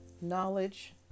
knowledge